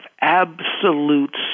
absolute